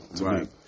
Right